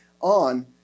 on